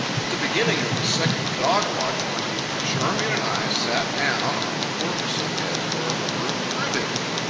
at the beginning of the second dog-watch one evening, charmian and i sat down on the forecastle-head for a rubber of cribbage.